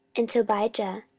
and tobijah,